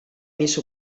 mis